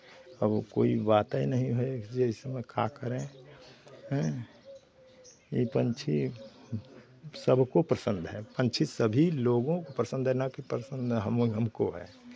अब कोई बाते नहीं है जैसे का करें हँ ई पंछी सबको पसंद है पंछी सभी लोगो को पसंद है नाकि पसंद हमको है